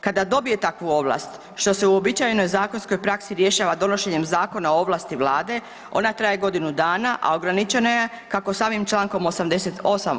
Kada dobije takvu ovlast što se u uobičajenoj zakonskoj praksi rješava donošenjem Zakona o ovlasti Vlade ona traje godinu dana, a ograničeno je kako samim člankom 88.